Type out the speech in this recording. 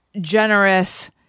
generous